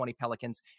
Pelicans